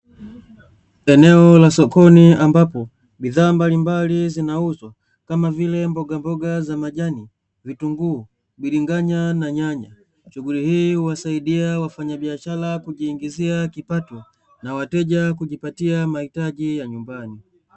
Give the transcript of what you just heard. Eneo la sokoni ambapo bidhaa mbalimbali zinauzwa kama vile mbogamboga za majani, vitunguu, bilinganya na nyanya. Shughuli hii huwasaidia wafanyabiashara kujiingizia kipato na wateja kujipatia mahitaji ya nyumbani.